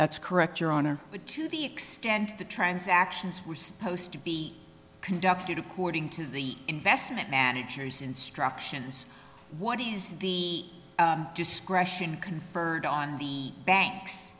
that's correct your honor but to the extent the transactions were supposed to be conducted according to the investment managers instructions what is the discretion conferred on the banks